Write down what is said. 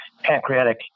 pancreatic